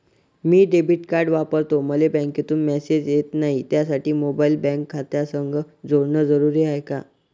मी debit card वापरतो मले बँकेतून मॅसेज येत नाही, त्यासाठी मोबाईल बँक खात्यासंग जोडनं जरुरी हाय का?